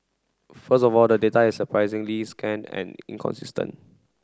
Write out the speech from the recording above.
first of all the data is surprisingly scant and inconsistent